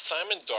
Simon